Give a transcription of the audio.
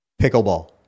Pickleball